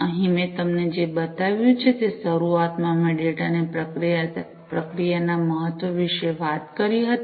અહીં મેં તમને જે બતાવ્યું છે તે શરૂઆતમાં મેં ડેટાની પ્રક્રિયાના મહત્વ વિશે વાત કરી હતી